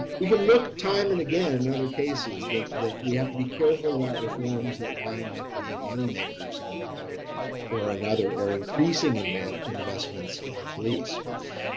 we can look, time and again other cases that we have to be careful about reforms that wind up being moneymakers in one way or another or increasing advanced investments in the police.